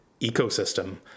ecosystem